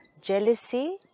Jealousy